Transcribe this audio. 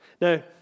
Now